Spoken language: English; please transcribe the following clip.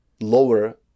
lower